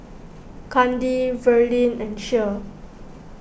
Kandi Verlin and Cher